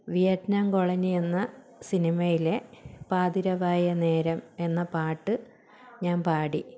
Vietnam colony എന്ന സിനിമയിലെ പാതിരാവായ നേരം എന്ന പാട്ട് ഞാൻ പാടി